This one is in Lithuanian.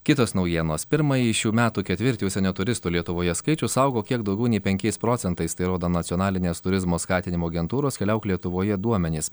kitos naujienos pirmąjį šių metų ketvirtį užsienio turistų lietuvoje skaičius augo kiek daugiau nei penkiais procentais tai rodo nacionalinės turizmo skatinimo agentūros keliauk lietuvoje duomenys